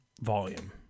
volume